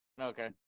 Okay